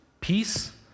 peace